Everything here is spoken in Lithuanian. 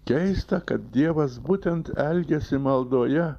keista kad dievas būtent elgiasi maldoje